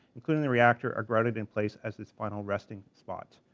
including the reactor are grounded in place as its final resting spot.